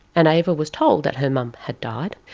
and ava was told that her mum had died,